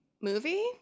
Movie